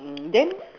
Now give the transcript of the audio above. mm then